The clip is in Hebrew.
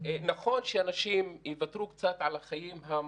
נכון שאנשים יוותרו קצת על החיים המסורתיים,